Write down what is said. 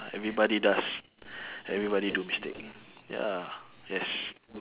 everybody does everybody do mistake ya yes